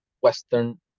Western